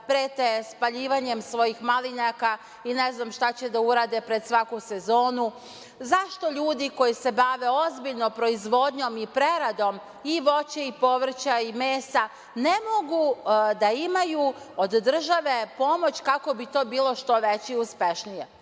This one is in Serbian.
prete spaljivanjem svojih malinjaka i ne znam šta će da urade pred svaku sezonu? Zašto ljudi koji se bave ozbiljno proizvodnjom i preradom voća, povrća i mesa ne mogu da imaju od države pomoć kako bi to bilo što veće i